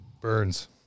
Burns